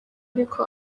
ariko